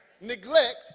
neglect